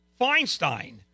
Feinstein